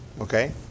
okay